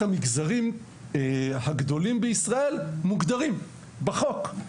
המגזרים הגדולים בישראל מוגדרים בחוק.